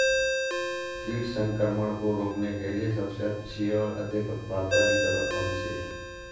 कीट संक्रमण को रोकने के लिए सबसे अच्छी और अधिक उत्पाद वाली दवा कौन सी है?